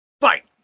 Fight